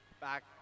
back